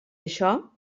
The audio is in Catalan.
això